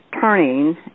turning